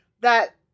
That-